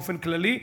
באופן כללי,